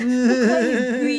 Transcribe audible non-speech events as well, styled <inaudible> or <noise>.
<laughs>